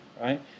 right